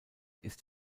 ist